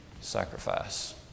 sacrifice